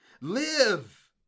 Live